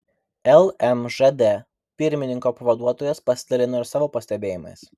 lmžd pirmininko pavaduotojas pasidalino ir savo pastebėjimais